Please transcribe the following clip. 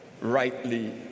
rightly